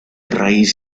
raíz